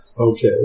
Okay